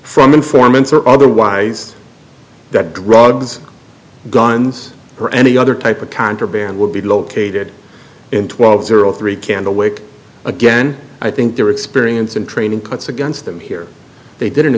from informants or otherwise that drugs guns or any other type of contraband would be located in twelve zero three candlewick again i think their experience and training cuts against them here they did an